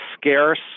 scarce